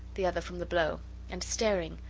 the other from the blow and staring,